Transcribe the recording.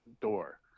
door